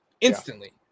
Instantly